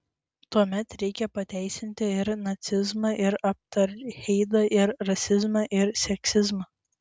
tuomet reikia pateisinti ir nacizmą ir apartheidą ir rasizmą ir seksizmą